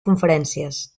conferències